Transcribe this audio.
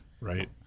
Right